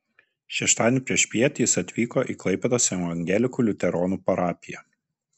šeštadienį priešpiet jis atvyko į klaipėdos evangelikų liuteronų parapiją